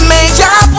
Major